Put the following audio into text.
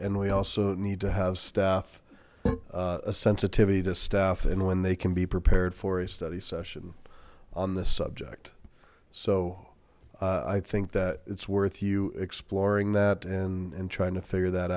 and we also need to have staff a sensitivity to staff and when they can be prepared for a study session on this subject so i think that it's worth you exploring that and and trying to figure that